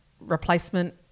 replacement